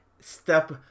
step